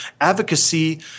Advocacy